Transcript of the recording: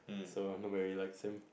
so not very like him